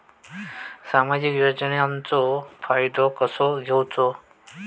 सामाजिक योजनांचो फायदो कसो घेवचो?